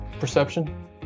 Perception